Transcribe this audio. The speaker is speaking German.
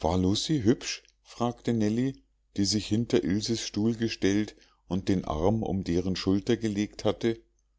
war lucie hübsch fragte nellie die sich hinter ilses stuhl gestellt und den arm um deren schulter gelegt hatte